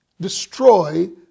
destroy